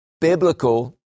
biblical